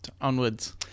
Onwards